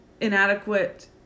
inadequate